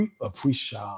appreciate